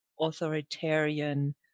authoritarian